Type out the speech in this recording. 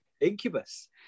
incubus